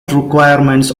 requirements